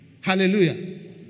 Hallelujah